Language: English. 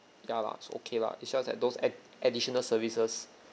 ya lah so okay lah it's just that those add additional services